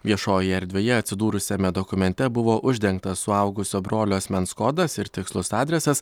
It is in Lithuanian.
viešojoje erdvėje atsidūrusiame dokumente buvo uždengtas suaugusio brolio asmens kodas ir tikslus adresas